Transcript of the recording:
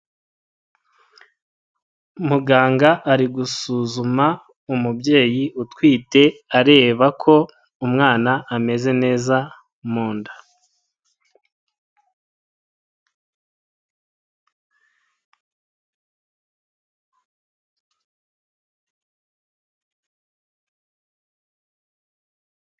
Muganga ari gusuzuma umubyeyi utwite areba ko umwana ameze neza munda.